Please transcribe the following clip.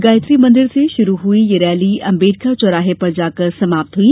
गायत्री मंदिर से शुरू हुईं यह रैली अम्बेडकर चौराहे पर जाकर समाप्त हुई